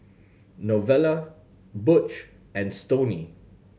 Novella Butch and Stoney